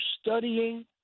studying